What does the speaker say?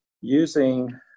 using